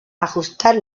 ajustar